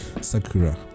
Sakura